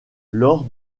lors